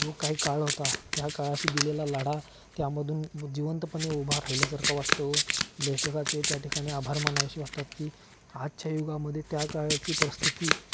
जो काही काळ होता त्या काळाशी दिलेला लढा त्यामधून जिवंतपणे उभा राहिल्यासारखं वाटतो लेखकाचे त्या ठिकाणी आभार मानावेसे वाटतात की आजच्या युगामध्येे त्या काळची परिस्थिती